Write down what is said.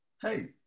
Hey